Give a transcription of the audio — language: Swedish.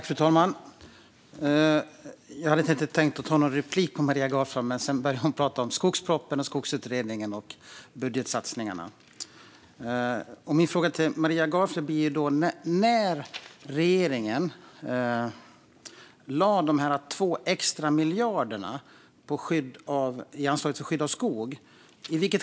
Fru talman! Jag hade inte tänkt ta någon replik på Maria Gardfjell, men sedan började hon prata om skogspropositionen, Skogsutredningen och budgetsatsningarna. Jag skulle vilja ställa några frågor till Maria Gardfjell om detta. I vilket skede lade regeringen de 2 extra miljarderna i anslaget för skydd av skog?